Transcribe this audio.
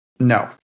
no